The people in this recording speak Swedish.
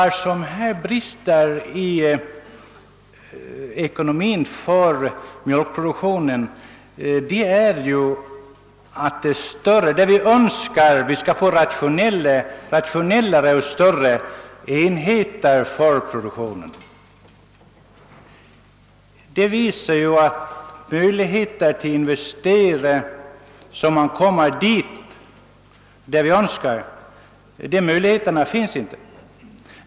Det sägs att det som brister i mjölkproduktionens ekonomi är att vi inte har tillräckligt stora och rationella enheter för produktionen. Det visar sig emellertid att det inte finns möjlighet att investera så mycket att man kan få så stora och rationella enheter som man önskar.